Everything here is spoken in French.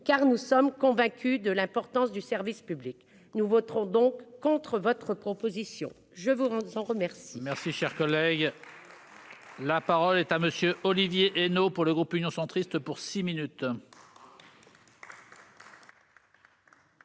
car nous sommes convaincus de l'importance du service public. Nous voterons donc contre votre proposition de loi. La parole